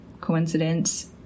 Coincidence